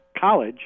college